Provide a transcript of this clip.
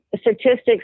statistics